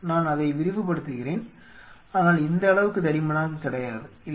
நான் அதை விரிவுபடுத்துகிறேன் ஆனால் இந்த அளவுக்கு தடிமனாக இல்லை